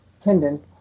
tendon